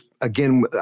again